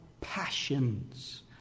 passions